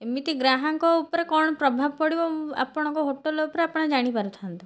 ଏମିତି ଗ୍ରାହଙ୍କ ଉପରେ କ'ଣ ପ୍ରଭାବ ପଡ଼ିବ ଆପଣଙ୍କ ହୋଟେଲ୍ ଉପରେ ଆପଣ ଜାଣିପାରୁଥାନ୍ତୁ